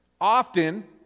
Often